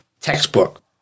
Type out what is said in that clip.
textbook